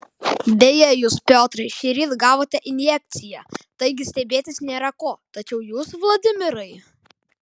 beje jūs piotrai šįryt gavote injekciją taigi stebėtis nėra ko tačiau jūs vladimirai